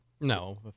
No